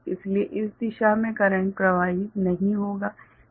इसलिए इस दिशा में करंट प्रवाहित नहीं होगा ठीक है